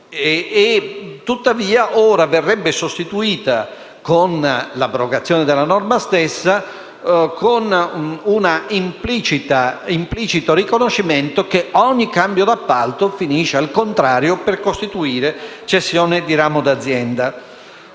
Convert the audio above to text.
e tuttavia ora verrebbe sostituita, con l'abrogazione della norma stessa, con un implicito riconoscimento che ogni cambio d'appalto finisce, al contrario, per costituire cessione di ramo d'azienda.